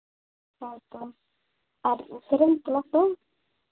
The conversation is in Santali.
ᱦᱳᱭ ᱛᱚ ᱟᱨ ᱩᱥᱟᱹᱨᱟᱧ ᱠᱞᱟᱥᱟ